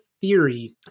theory